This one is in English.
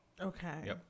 Okay